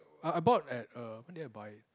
I I bought at err when did I buy it